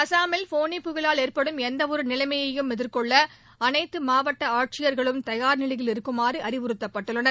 அசாமில் ஃபோனி புயலால் ஏற்படும் எந்தவொரு நிலைமையையும் எதிர்கொள்ள அனைத்து மாவட்ட ஆட்சியர்களும் தயார் நிலையில் இருக்குமாறு அறிவுறுத்தப்பட்டுள்ளனர்